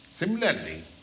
Similarly